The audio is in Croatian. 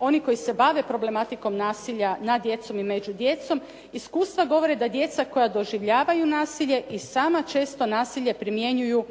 oni koji se bave problematikom nasilja nad djecom i među djecom, iskustva govore da djeca koja doživljavaju nasilje i sama često nasilje primjenjuju